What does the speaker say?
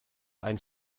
einen